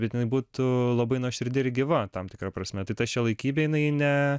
bet jinai būtų labai nuoširdi ir gyva tam tikra prasme tai ta šiuolaikybė jinai ne